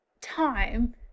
time